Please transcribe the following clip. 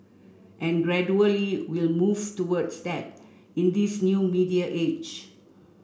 and gradually we'll move towards that in this new media age